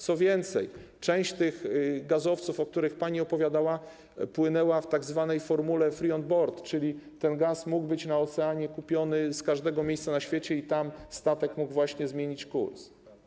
Co więcej, część tych gazowców, o których pani opowiadała, płynęła w tzw. formule free on board, czyli ten gaz mógł być na oceanie kupiony z każdego miejsca na świecie i to tam właśnie statek mógł zmienić kurs.